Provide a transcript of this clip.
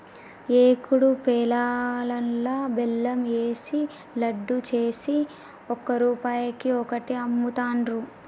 ఏకుడు పేలాలల్లా బెల్లం ఏషి లడ్డు చేసి ఒక్క రూపాయికి ఒక్కటి అమ్ముతాండ్రు